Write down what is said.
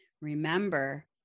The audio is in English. Remember